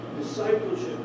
discipleship